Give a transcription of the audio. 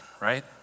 right